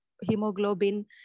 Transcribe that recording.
hemoglobin